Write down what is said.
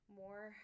more